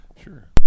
Sure